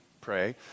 pray